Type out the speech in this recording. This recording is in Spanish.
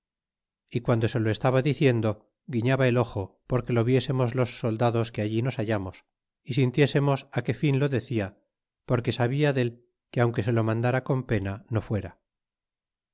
y guando se lo estaba diciendo guiñaba el ojo por que lo viésemos los soldados que allí nos hallamos y sintiésemos que fin lo decia porque sabia del que aunque se lo mandara con pena no fuera